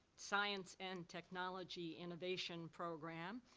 science and technology innovation program,